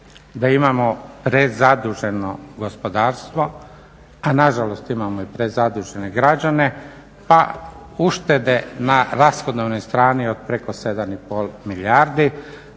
da imamo prezaduženo gospodarstvo, a na žalost imamo i prezadužene građane pa uštede na rashodovnoj strani od preko 7 i pol milijardi